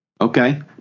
Okay